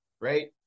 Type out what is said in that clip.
right